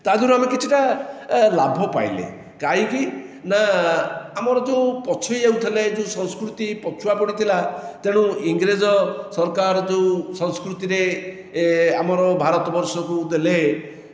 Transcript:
ତା' ଦେହରୁ ଆମେ କିଛିଟା ଲାଭ ପାଇଲେ କାହିଁକି ନା ଆମର ଯେଉଁ ପଛେଇ ଯାଉଥିଲେ ଯେଉଁ ସଂସ୍କୃତି ପଛୁଆ ପଡ଼ିଥିଲା ତେଣୁ ଇଂରେଜ ସରକାର ଯେଉଁ ସଂସ୍କୃତିରେ ଏ ଆମର ଭାରତ ବର୍ଷକୁ ଦେଲେ